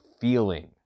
feeling